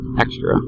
Extra